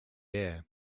air